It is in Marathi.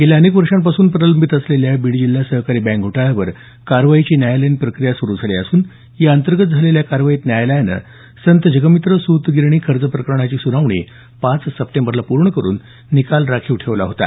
गेल्या अनेक वर्षांपासून प्रलंबित असलेल्या बीड जिल्हा सहकारी बँक घोटाळ्यावर कारवाईची न्यायालयीन प्रक्रिया सुरू झाली असून या अंतर्गत झालेल्या कारवाईत न्यायालयानं संत जगमित्र सुतगिरणी कर्ज प्रकरणाची सुनावणी पाच सप्टेंबरला पूर्ण करून निकाल राखीव ठेवला होता